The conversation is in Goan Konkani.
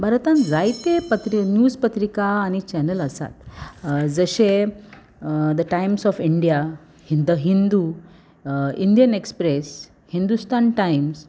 भारतांत जायते न्यूज पत्रिका आनी चॅनल आसात जशे the Times of India Hind the Hindu Indian Express Hindustan Times